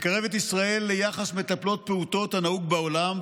יקרב את ישראל ליחס מטפלות פעוטות הנהוג בעולם,